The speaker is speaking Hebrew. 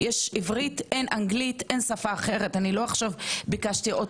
אני לא עכשיו ביקשתי עוד שפות אחרות זרות שתתרגמו את האתר,